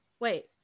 Wait